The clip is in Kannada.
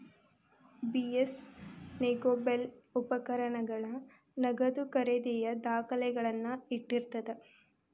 ಬಿ.ಎಸ್ ನೆಗೋಬಲ್ ಉಪಕರಣಗಳ ನಗದು ಖರೇದಿಯ ದಾಖಲೆಗಳನ್ನ ಇಟ್ಟಿರ್ತದ